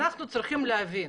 אנחנו צריכים להבין